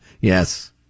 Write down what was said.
Yes